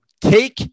take